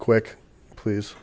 quick please